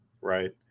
right